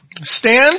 Stand